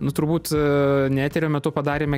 nu turbūt ne eterio metu padarėme